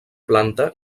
planta